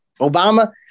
Obama